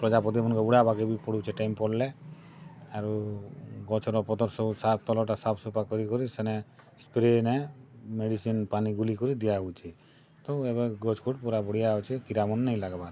ପ୍ରଜାପତିମାନକୁ ଉଡ଼ାବାକେ ବି ପଡ଼ୁଛେ ଟାଇମ୍ ପଡ଼ିଲେ ଆରୁ ଗଛର୍ ପତର୍ ସବୁ ସାଫ ତଲଟା ସାଫ ସଫା କରି କରି ସେନେ ସ୍ପ୍ରେନେ ମେଡ଼ିସିନ୍ ପାନି ଗୁଲି କରି ଦିଆ ହୋଉଛି ତ ଏବେ ଗଛ କୁଟ ପୁରା ବଢ଼ିଆ ଅଛି କିରା ମାନେ ନେଇ ଲାଗ୍ବା ନେଇ